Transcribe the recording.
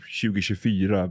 2024